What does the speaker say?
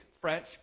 French